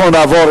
אנחנו נעבור,